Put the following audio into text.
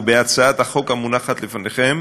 ובהצעת החוק המונחת לפניכם